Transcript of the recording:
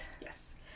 Yes